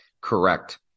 correct